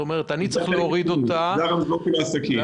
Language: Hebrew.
ברמזור לעסקים.